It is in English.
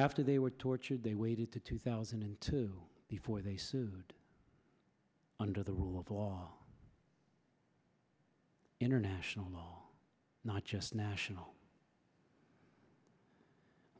after they were tortured they waited to two thousand and two before they sued under the rule of law international law not just national